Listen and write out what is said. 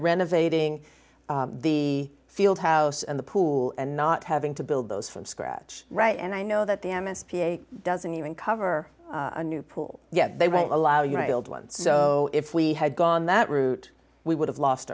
renovating the field house and the pool and not having to build those from scratch right and i know that the m s p doesn't even cover a new pool yet they won't allow you to build one so if we had gone that route we would have lost